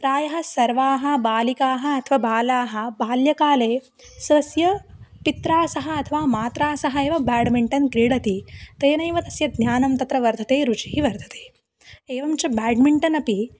प्रायः सर्वाः बालिकाः अथवा बालाः बाल्यकाले स्वस्य पित्रा सह अथवा मात्रा सह एव ब्याड्मिण्टन् क्रीडति तेनैव तस्य ज्ञानं तत्र वर्धते रुचिः वर्धते एवं च ब्याड्मिण्टन् अपि